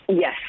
Yes